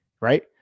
right